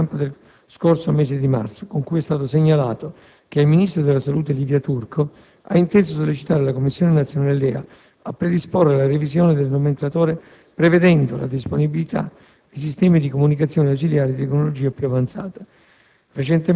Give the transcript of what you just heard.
L'interpellanza in esame fa espresso riferimento ai comunicati stampa dello scorso mese di marzo, con cui è stato segnalato che il ministro della salute Livia Turco ha inteso sollecitare la Commissione nazionale LEA a predisporre la revisione del Nomenclatore prevedendo la disponibilità